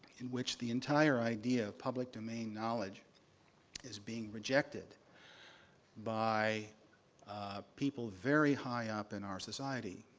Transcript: in which the entire idea of public domain knowledge is being rejected by people very high up in our society,